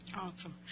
awesome